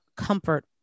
comfort